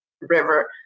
River